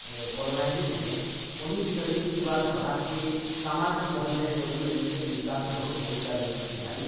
colonisation ہے انیسویں صدی کی شروعات میں بھارت کے ساماجک محلے نے اردو رجسٹر کی وکاس میں بہت بھومیکا نبھائی